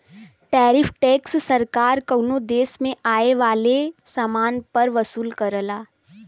tariff tax सरकार कउनो देश में आये वाले समान पर वसूल करला